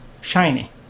shiny